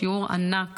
שיעור ענק